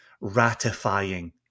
ratifying